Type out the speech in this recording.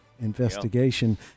investigation